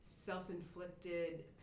Self-inflicted